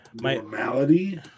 Normality